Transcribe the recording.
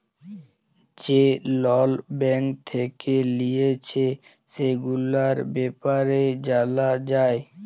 যে loan bank থেক্যে লিয়েছে, সেগুলার ব্যাপারে জালা যায়